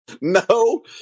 no